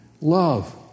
love